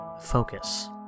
Focus